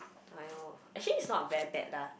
aiyor actually is not very bad lah